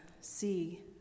See